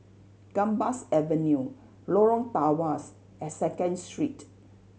Gambas Avenue Lorong Tawas and Second Street